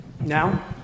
now